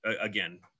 again